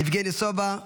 יבגני סובה,